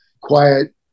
quiet